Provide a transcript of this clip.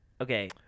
Okay